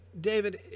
David